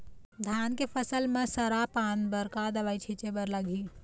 धान के फसल म सरा पान बर का दवई छीचे बर लागिही?